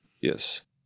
yes